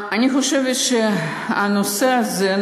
אני חושבת שהנושא הזה,